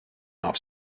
off